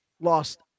lost